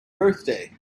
birthday